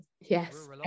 yes